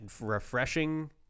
refreshing